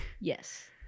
Yes